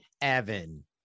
Evan